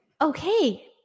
Okay